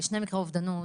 שני מקרי אובדנות,